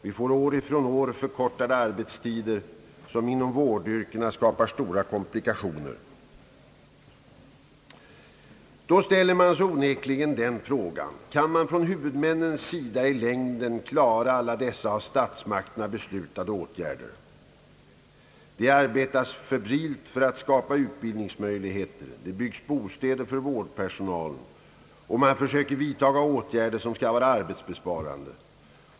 Vi får år från år förkortade arbetstider, vilket inom vårdyrkena skapar stora komplikationer. Då ställer man sig onekligen den frågan: Kan man från huvudmännens sida i längden klara alla dessa av statsmakterna beslutade åtgärder? Det arbetas febrilt för att skapa utbildningsmöjligheter, det byggs bostäder för vårdpersonal, och man försöker vidta åtgärder som skall vara arbetsbesparande.